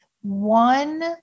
one